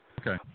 Okay